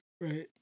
right